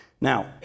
Now